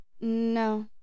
no